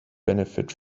benefit